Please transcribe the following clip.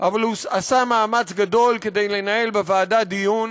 אבל הוא עשה מאמץ גדול כדי לנהל בוועדה דיון.